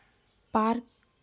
park